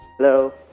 Hello